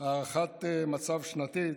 הערכת מצב שנתית.